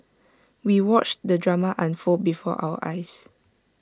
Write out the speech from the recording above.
we watched the drama unfold before our eyes